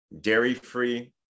dairy-free